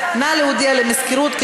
נא להודיע למזכירות,